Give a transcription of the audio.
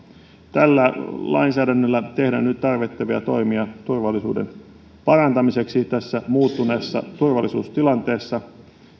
tällä lainsäädännöllä tehdään nyt tarvittavia toimia turvallisuuden parantamiseksi tässä muuttuneessa turvallisuustilanteessa